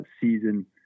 season